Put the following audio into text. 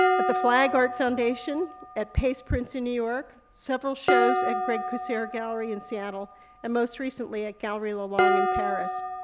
at the flag art foundation at pace prints in new york several shows at greg kucera gallery in seattle and most recently at gallery lelong in paris.